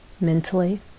mentally